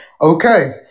Okay